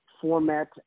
format